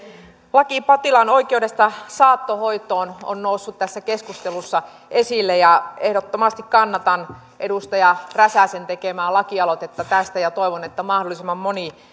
laki potilaan oikeudesta saattohoitoon on noussut tässä keskustelussa esille ja ehdottomasti kannatan edustaja räsäsen tekemää lakialoitetta tästä ja toivon että mahdollisimman moni